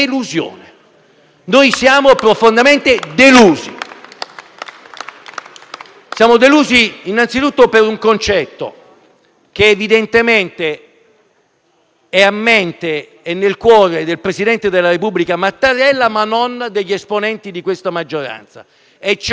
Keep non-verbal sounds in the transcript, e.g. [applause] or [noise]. Noi siamo profondamente delusi. [applause] Siamo delusi innanzitutto per un concetto, che evidentemente è nella mente e nel cuore del presidente della Repubblica Mattarella, ma non degli esponenti di questa maggioranza, e cioè